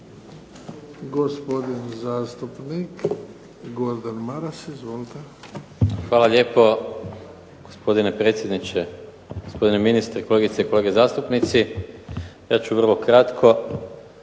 Hvala lijepo. Gospodine predsjedniče, gospodine ministre, kolegice i kolege zastupnici. Ja ću vrlo kratko.